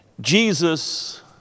Jesus